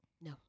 No